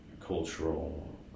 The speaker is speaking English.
cultural